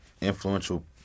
influential